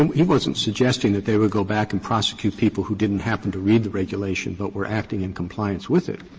um he wasn't suggesting that they would go back and prosecute people who didn't happen to read the regulation but were acting in compliance with it.